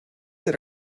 that